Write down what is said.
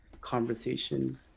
conversation